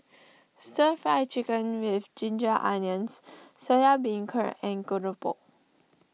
Stir Fry Chicken with Ginger Onions Soya Beancurd and Keropok